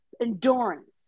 endurance